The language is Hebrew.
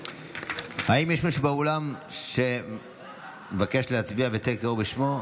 האם יש מישהו באולם שמבקש להצביע וטרם קראו בשמו?